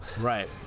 right